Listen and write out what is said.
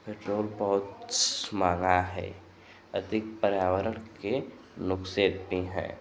petrol बहुत महँगा है अधिक पर्यावरण के भी हैं